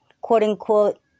quote-unquote